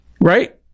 right